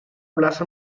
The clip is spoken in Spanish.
plaza